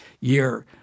year